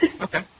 Okay